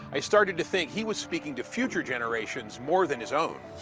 i started to think he was speaking to future generations more than his own.